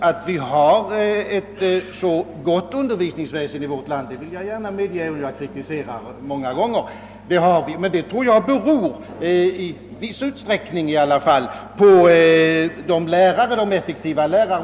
att vi i vårt land har ett så gott utbildningsväsen — att vi har det vill jag gärna medge, även om jag många gånger kritiserar det — tror jag är att vi har tillgång till så många effektiva lärare.